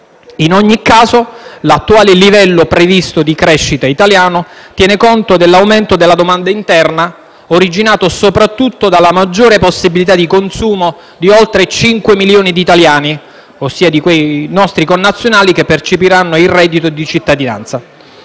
In ogni caso, l'attuale livello previsto di crescita italiano tiene conto dell'aumento della domanda interna originato soprattutto dalla maggiore possibilità di consumo di oltre 5 milioni di italiani, ossia quei nostri connazionali che percepiranno il reddito di cittadinanza.